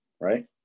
right